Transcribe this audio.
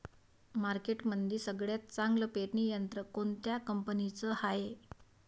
मार्केटमंदी सगळ्यात चांगलं पेरणी यंत्र कोनत्या कंपनीचं हाये?